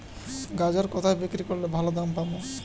গাজর কোথায় বিক্রি করলে ভালো দাম পাব?